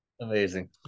Amazing